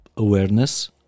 awareness